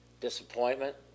disappointment